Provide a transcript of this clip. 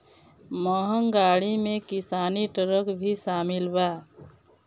महँग गाड़ी में किसानी ट्रक भी शामिल बा